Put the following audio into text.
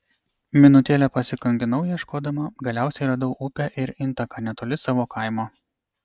minutėlę pasikankinau ieškodama galiausiai radau upę ir intaką netoli savo kaimo